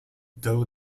though